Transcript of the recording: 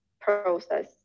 process